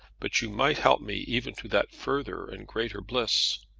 but you might help me even to that further and greater bliss.